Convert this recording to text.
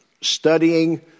studying